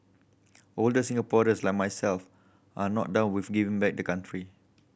older Singaporeans like myself are not done with giving back the country